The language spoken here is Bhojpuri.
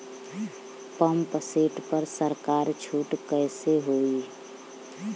पंप सेट पर सरकार छूट कईसे होई?